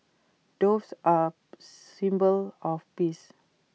doves are symbol of peace